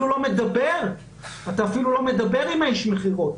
אתה אפילו לא מדבר עם איש המכירות.